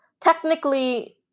technically